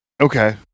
Okay